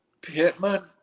Pittman